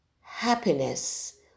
Happiness